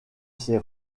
ses